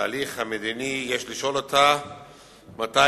ומהצביעות הזאת?